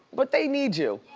but they need you.